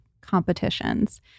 competitions